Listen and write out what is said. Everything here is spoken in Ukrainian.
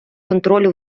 контролю